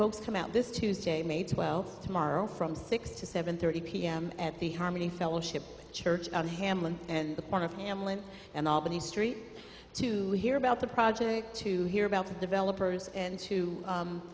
folks come out this tuesday may twelfth tomorrow from six to seven thirty p m at the harmony fellowship church on hammond the part of hamlin and albany street to hear about the project to hear about the developers and to